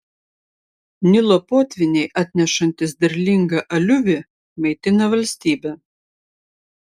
nilo potvyniai atnešantys derlingą aliuvį maitina valstybę